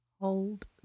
Hold